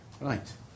Right